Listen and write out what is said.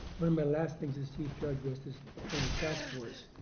one of my last things as chief judge was to appoint a task force,